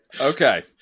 Okay